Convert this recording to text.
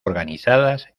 organizadas